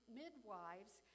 midwives